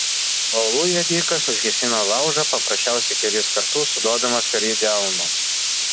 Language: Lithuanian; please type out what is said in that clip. uolų ėdikas užgesino laužą paprasčiausiai kelis kartus suduodamas per jį delnu